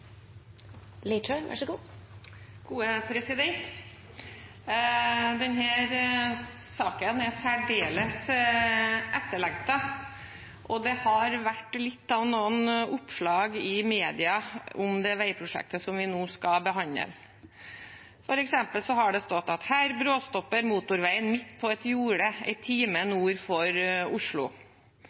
særdeles etterlengtet, og det har vært litt av noen oppslag i mediene om det veiprosjektet som vi nå skal behandle. For eksempel har det stått at «her bråstopper motorveien midt på et jorde en time nord for Oslo»,